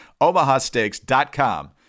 OmahaSteaks.com